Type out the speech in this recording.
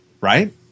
right